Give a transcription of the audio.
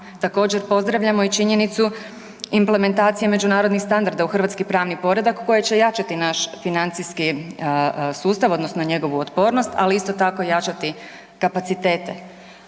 Također pozdravljam i činjenicu implementacije međunarodnih standarda u hrvatski pravni poredak koji će jačati naš financijski sustav, odnosno njegovu otpornost, ali isto tako, jačati kapacitete.